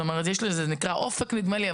זה נקרא "אופק", נדמה לי.